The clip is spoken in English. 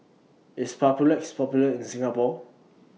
IS Papulex Popular in Singapore